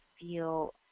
feel